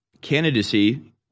candidacy